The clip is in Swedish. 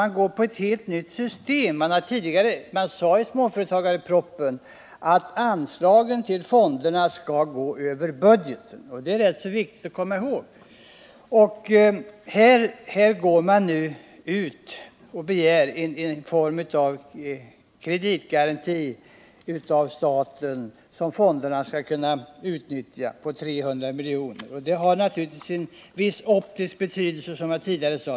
Där föreslogs ett helt nytt system, nämligen att anslagen till fonderna skulle gå över budgeten. Det är viktigt att komma ihåg det. Här begär man nu att staten skall ställa ett slags kreditgaranti på 300 miljoner som fonderna skall kunna utnyttja. Det har naturligtvis en viss optisk betydelse, som jag tidigare sade.